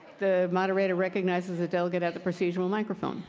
the moderator recognizes the delegate at the procedural microphone.